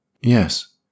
yes